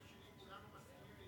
בחלק השני כולנו מסכימים,